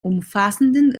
umfassenden